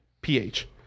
P-H